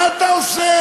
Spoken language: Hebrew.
מה אתה עושה?